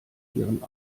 ihren